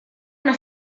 una